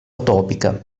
utopica